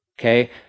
Okay